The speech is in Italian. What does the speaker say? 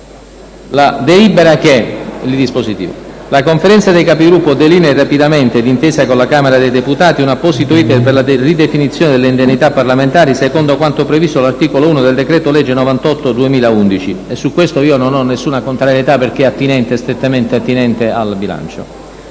«delibera che: la Conferenza dei Capigruppo delinei rapidamente, d'intesa con la Camera dei deputati, un apposito *iter* per la ridefinizione delle indennità parlamentari secondo quanto previsto dell'articolo 1 del decreto-legge n. 98 del 2011». Su questo, non ho nessuna contrarietà, perché è una materia strettamente attinente al bilancio.